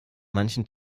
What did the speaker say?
manchen